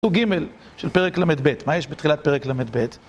פסוק ג, של פרק לב. מה יש בתחילת פרק לב?